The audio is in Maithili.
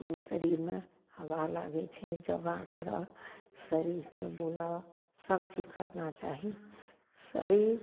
शरीरमे हवा लागय छै योगा करऽ शरीरके बुलऽ सब चीज करना चाही शरीर